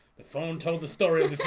the phone told the story